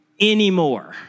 anymore